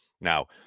Now